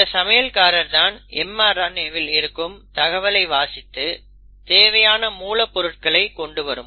இந்த சமையல்காரர் தான் mRNAவில் இருக்கும் தகவலை வாசித்து தேவையான மூலப்பொருட்களை கொண்டு வரும்